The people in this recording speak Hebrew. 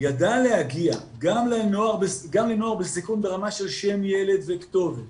ידע להגיע גם לנוער בסיכון ברמה של שם ילד וכתובת